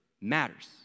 matters